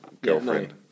girlfriend